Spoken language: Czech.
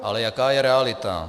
Ale jaká je realita?